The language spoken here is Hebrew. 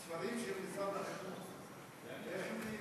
ספרים של משרד החינוך מהווים דברי